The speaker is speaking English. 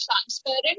transparent